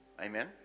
Amen